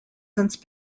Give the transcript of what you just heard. since